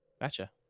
Gotcha